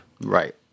Right